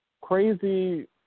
crazy